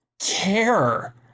care